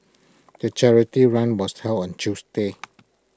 the charity run was held on Tuesday